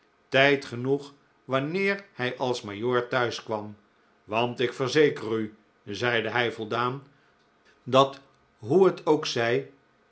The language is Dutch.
tijd genoeg wanneer hij als majoor thuis kwam want ik verzeker u zeide hij voldaan dat hoe het ook zij